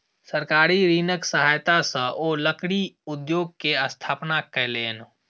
सरकारी ऋणक सहायता सॅ ओ लकड़ी उद्योग के स्थापना कयलैन